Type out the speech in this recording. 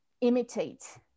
imitate